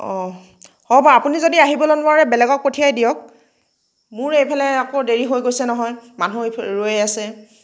অ' হ'ব আপুনি যদি আহিবলৈ নোৱাৰে বেলেগক পঠিয়াই দিয়ক মোৰ এইফালে আকৌ দেৰি হৈ গৈছে নহয় মানুহ ৰৈ আছে